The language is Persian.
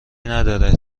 نداره